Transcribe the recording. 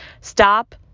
Stop